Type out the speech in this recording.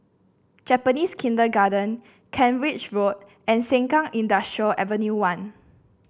Japanese Kindergarten Kent Ridge Road and Sengkang Industrial Avenue One